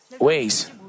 ways